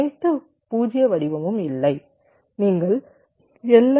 அனைத்து 0 வடிவமும் இல்லை நீங்கள் எல்